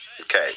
Okay